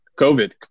COVID